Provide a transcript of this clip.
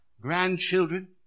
grandchildren